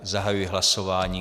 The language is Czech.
Zahajuji hlasování.